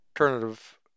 alternative